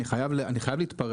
אני חייב להתפרץ.